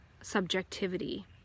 subjectivity